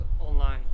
online